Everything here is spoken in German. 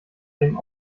dem